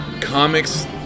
comics